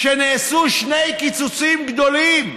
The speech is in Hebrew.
שנעשו שני קיצוצים גדולים: